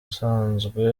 usanzwe